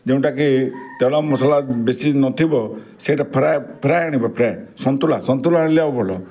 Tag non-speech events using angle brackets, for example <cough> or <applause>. ଯେଉଁଟାକି ତେଲ ମସଲା ବେଶୀ ନଥିବ ସେଇଟା ଫ୍ରାଏ ଆଣିବ ଫ୍ରାଏ ସନ୍ତୁଳା ସନ୍ତୁଳା ଆଣିଲେ <unintelligible> ଭଲ